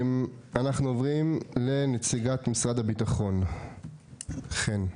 אנחנו עוברים לנציגת משרד הביטחון, חן.